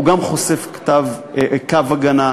הוא גם חושף קו הגנה,